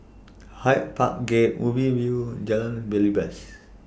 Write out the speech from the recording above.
Hyde Park Gate Ubi View Jalan Belibas